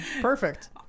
Perfect